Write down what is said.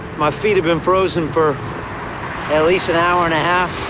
my feet have been frozen for at least an hour and a half,